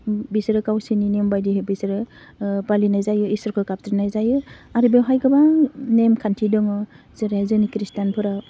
बिसोरो गावसोरनि नेम बायदिहाय बिसोरो ओह फालिनाय जायो इसोरखौ गाबज्रिनाय जायो आरो बेवहाय गोबां नेम खान्थि दङ जेरैहाय जोंनि खृष्टानफोरा